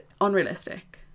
unrealistic